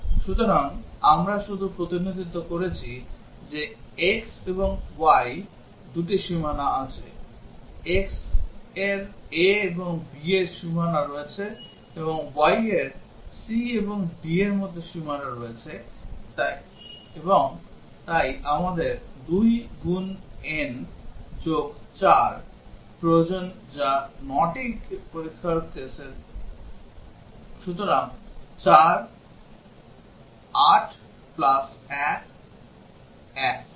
সুতরাং আমরা শুধু প্রতিনিধিত্ব করেছি যে x এবং y দুটি সীমানা আছে x এর a এবং b এর মধ্যে সীমানা রয়েছে এবং y এর c এবং d এর মধ্যে সীমানা রয়েছে এবং তাই আমাদের 2 n 4 প্রয়োজন যা 9 টি পরীক্ষার কেস সুতরাং 4 8 প্লাস 1 9